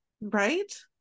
right